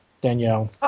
Danielle